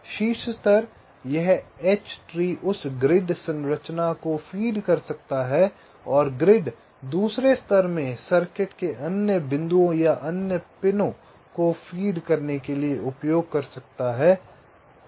शीर्ष स्तर यह एच ट्री उस ग्रिड संरचना को फीड कर सकता है और ग्रिड दूसरे स्तर में सर्किट के अन्य बिंदुओं या अन्य पिनों को फीड करने के लिए उपयोग कर सकता है